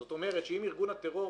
זאת אומרת שאם ארגון הטרור